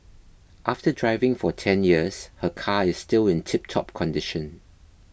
after driving for ten years her car is still in tiptop condition